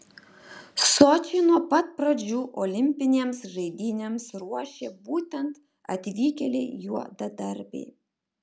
sočį nuo pat pradžių olimpinėms žaidynėms ruošė būtent atvykėliai juodadarbiai